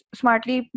smartly